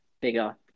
bigger